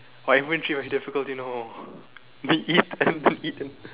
!wah! infantry also difficult you know need eat and then